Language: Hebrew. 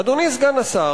אדוני סגן השר,